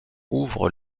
ouvre